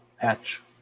patch